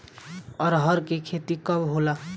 अरहर के खेती कब होला?